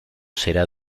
será